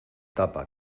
tapa